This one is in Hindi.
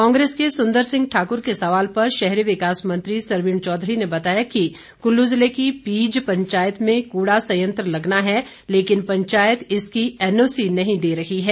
कांग्रेस के सुंदर सिंह ठाकुर के सवाल पर शहरी विकास मंत्री सरवीण चौधरी ने बताया कुल्लू जिले की पीज पंचायत में कूड़ा सयंत्र लगना है लेकिन पंचायत इसकी एनओसी नही दे रही है